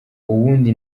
uwundi